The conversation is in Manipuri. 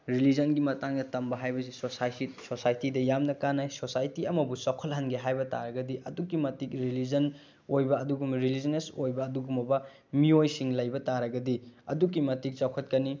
ꯔꯤꯂꯤꯖꯟꯒꯤ ꯃꯇꯥꯡꯗ ꯇꯝꯕ ꯍꯥꯏꯕꯁꯤꯁꯨ ꯁꯣꯁꯥꯏꯇꯤꯗ ꯌꯥꯝꯅ ꯀꯥꯟꯅꯩ ꯁꯣꯁꯥꯏꯇꯤ ꯑꯃꯕꯨ ꯆꯥꯎꯈꯠꯍꯟꯒꯦ ꯍꯥꯏꯕ ꯇꯥꯔꯒꯗꯤ ꯑꯗꯨꯛꯀꯤ ꯃꯇꯤꯛ ꯔꯤꯂꯤꯖꯟ ꯑꯣꯏꯕ ꯑꯗꯨꯒꯨꯝꯕ ꯔꯤꯂꯤꯖꯤꯟꯁ ꯑꯣꯏꯕ ꯑꯗꯨꯒꯨꯝꯃꯕ ꯃꯤꯑꯣꯏꯁꯤꯡ ꯂꯩꯕ ꯇꯥꯔꯒꯗꯤ ꯑꯗꯨꯛꯀꯤ ꯃꯇꯤꯛ ꯆꯥꯎꯈꯠꯀꯅꯤ